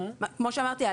כמו שאמרתי,